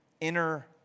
inner